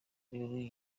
rurimi